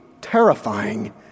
terrifying